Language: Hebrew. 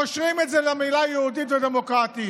קושרים את זה למילים "יהודית ודמוקרטית".